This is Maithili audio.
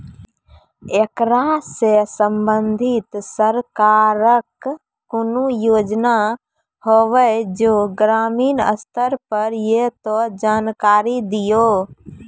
ऐकरा सऽ संबंधित सरकारक कूनू योजना होवे जे ग्रामीण स्तर पर ये तऽ जानकारी दियो?